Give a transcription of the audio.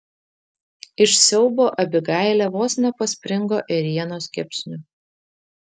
iš siaubo abigailė vos nepaspringo ėrienos kepsniu